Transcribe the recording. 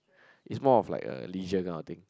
is more of like a leisure kind of thing